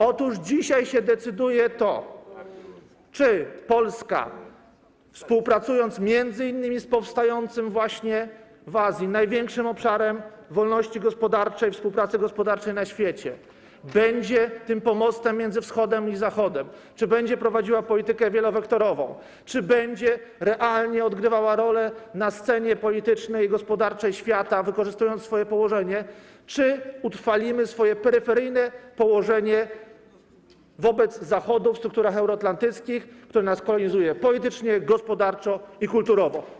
Otóż dzisiaj decyduje się to, czy Polska, współpracując m.in. z powstającym właśnie w Azji największym obszarem wolności gospodarczej, współpracy gospodarczej na świecie, będzie pomostem między Wschodem i Zachodem, czy będzie prowadziła politykę wielowektorową, czy będzie realnie odgrywała rolę na scenie politycznej i gospodarczej świata, wykorzystując swoje położenie, czy utrwalimy swoje peryferyjne położenie w strukturach euroatlantyckich wobec Zachodu, który nas kolonizuje politycznie, gospodarczo i kulturowo.